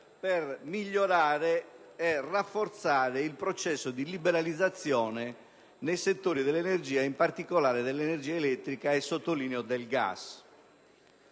per migliorare e rafforzare il processo di liberalizzazione nel settore dell'energia, in particolare elettrica e - sottolineo - del gas.